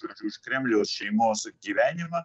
kad už kremliaus šeimos gyvenimą